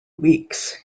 weeks